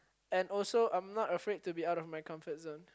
and also I'm not afraid to be out of my comfort zone